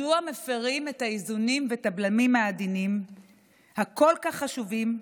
מדוע מפירים את האיזונים ואת הבלמים העדינים הכל-כך חשובים,